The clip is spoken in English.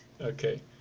Okay